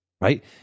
right